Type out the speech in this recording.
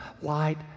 light